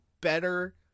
better